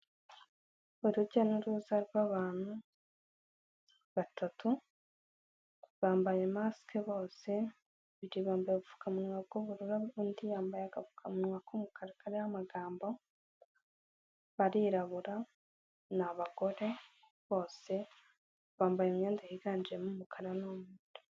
Urujya n'uruza rw'abantu, batatu bambaye masike bose, babiri bambaye ubupfukamunwa bw'ubururu, undi yambaye agapfukamunwa k'umukara kariho amagambo, barirabura, ni abagore bose, bambaye imyenda yiganjemo umukara n'umweru.